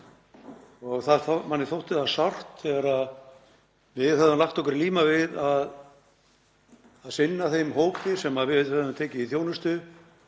Manni þótti sárt að sjá, þegar við höfðum lagt okkur í líma við að sinna þeim hópi sem við höfðum tekið í þjónustu,